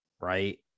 right